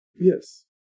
Yes